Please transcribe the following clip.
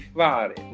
fare